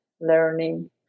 learning